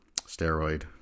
steroid